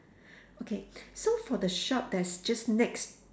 okay so for the shop that's just next